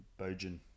Bojan